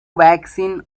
vaccine